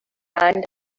usually